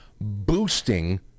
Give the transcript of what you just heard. boosting